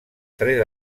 tres